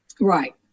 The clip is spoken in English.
right